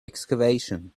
excavation